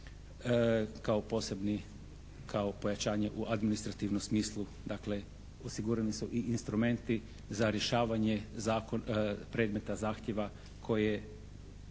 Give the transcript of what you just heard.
kao posebni, kao pojačanje u administrativnom smislu, dakle osigurani su i instrumenti za rješavanje predmeta zahtjeva koje,